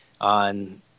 on